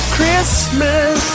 Christmas